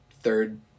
third